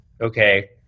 okay